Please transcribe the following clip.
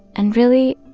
and really,